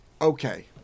Okay